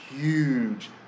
huge